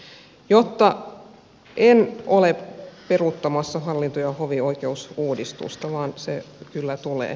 en ole peruuttamassa hallinto ja hovioikeusuudistusta vaan se kyllä tulee